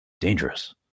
dangerous